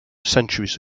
centuries